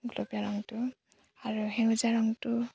গোলপীয়া ৰঙটো আৰু সেউজীয়া ৰঙটো